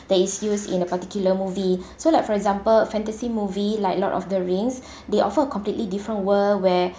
that is used in a particular movie so like for example fantasy movie like lord of the rings they offer a completely different world where